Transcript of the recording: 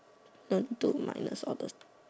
don't do minus all the